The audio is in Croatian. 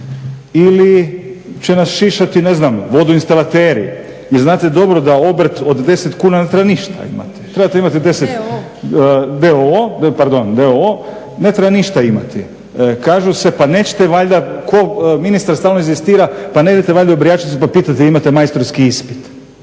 ili će nas šišati, ne znam, vodoinstalateri. Jer znate dobro da obrt od 10 kuna ne treba ništa imati. Trebate imati, …/Upadica: d.o./… D.o.o, pardon d.o.o, ne treba ništa imati. Kažu se, pa nećete valjda, ministar stalno inzistira, pa ne idete valjda u brijačnicu pa pitate imate majstorski ispit.